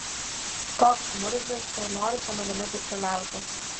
toks murzius ir nori su manimi bičiuliautis